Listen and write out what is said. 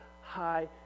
High